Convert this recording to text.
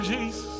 Jesus